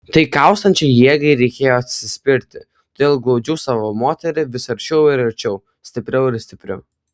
tai kaustančiai jėgai reikėjo atsispirti todėl glaudžiau savo moterį vis arčiau ir arčiau stipriau ir stipriau